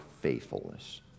faithfulness